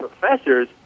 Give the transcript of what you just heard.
professors